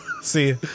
See